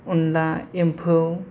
अनला एम्फौ